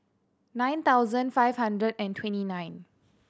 nine thousand five hundred and twenty nine